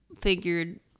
figured